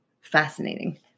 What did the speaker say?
fascinating